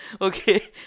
Okay